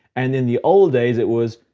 and in the old days it was,